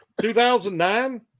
2009